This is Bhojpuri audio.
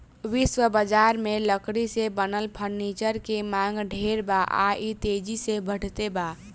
विश्व बजार में लकड़ी से बनल फर्नीचर के मांग ढेर बा आ इ तेजी से बढ़ते बा